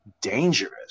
dangerous